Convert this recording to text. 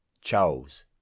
Charles